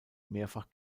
mehrfach